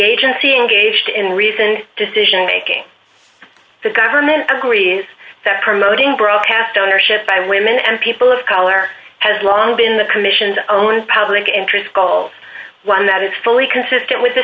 agency engaged in reasoned decision making the government agrees that promoting broadcast ownership by women and people of color has long been the commission's own public interest calls one that is fully consistent with the